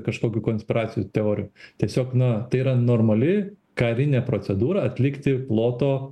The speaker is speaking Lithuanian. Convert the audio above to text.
kažkokių konspiracijos teorijų tiesiog na tai yra normali karinė procedūra atlikti ploto